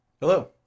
Hello